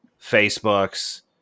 Facebook's